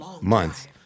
months